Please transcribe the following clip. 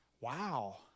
Wow